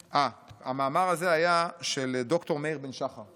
המאמר הזה היה של ד"ר מאיר בן שחר.